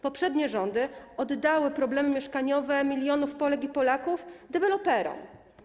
Poprzednie rządy zrzuciły problemy mieszkaniowe milionów Polek i Polaków na deweloperów.